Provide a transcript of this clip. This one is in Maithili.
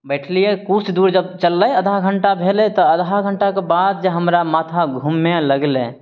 बैठलियै किछु दूर जब चललय आधा घण्टा भेलय तऽ आधा घण्टाके बाद जे हमरा माथा घुमय लगलै